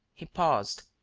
he paused,